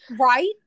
Right